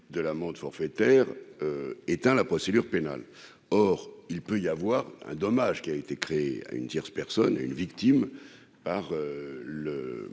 de l'amende forfaitaire éteint la procédure pénale, or il peut y avoir un dommage qui a été créé à une tierce personne, une victime par le